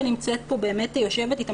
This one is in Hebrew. שנמצאת איתנו בחדר,